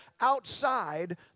outside